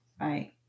Right